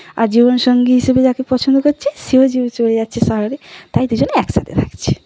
আর জীবন সঙ্গী হিসেবে যাকে পছন্দ করছে সেও যে চলে যাচ্ছে শহরে তাই দুজনে একসাথে থাকছে